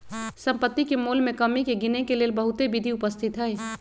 सम्पति के मोल में कमी के गिनेके लेल बहुते विधि उपस्थित हई